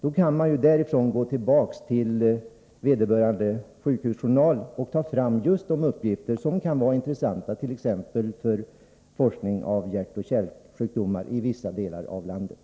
Då kan man därifrån gå tillbaka till vederbörande sjukhusjournal och ta fram just de uppgifter som kan vara intressanta t.ex. för forskning om hjärtoch kärlsjukdomar i vissa delar av landet.